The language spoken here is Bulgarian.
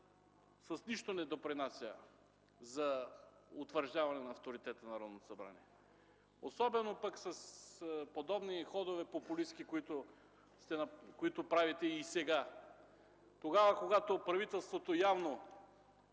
с нищо не допринася за утвърждаване авторитета на Народното събрание. Особено пък с подобни популистки ходове, които правите и сега. Тогава, когато част от правителството явно